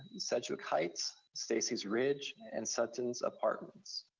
sedgewick heights, stacy's ridge, and suttons apartments.